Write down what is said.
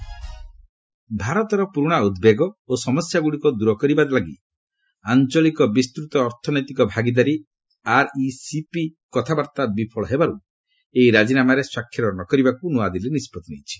PM RCEP ଭାରତର ପୁରୁଣା ଉଦ୍ବେଗ ଓ ସମସ୍ୟାଗୁଡ଼ିକ ଦୂର କରିବା ଲାଗି ଆଞ୍ଚଳିକ ବିସ୍ତୂତ ଅର୍ଥନୈତିକ ଭାଗିଦାରୀ ଆର୍ଇସିପି କଥାବାର୍ତ୍ତା ବିଫଳ ହେବାରୁ ସେହି ରାଜିନାମାରେ ସ୍ୱାକ୍ଷର ନ କରିବାକୁ ନୂଆଦିଲ୍ଲୀ ନିଷ୍ପଭି ନେଇଛି